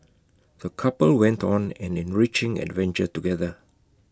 the couple went on an enriching adventure together